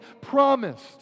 promised